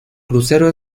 crucero